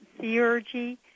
theurgy